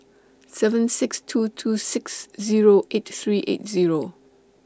seven six two two six Zero eight three eight Zero